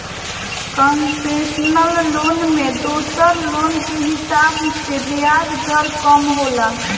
concessional loan में दोसर loan के हिसाब से ब्याज दर कम होला